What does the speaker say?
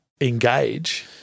engage